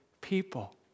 people